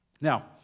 Now